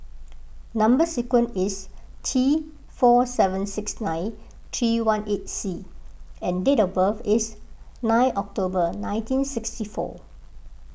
Number Sequence is T four seven six nine three one eight C and date of birth is nine October nineteen sixty four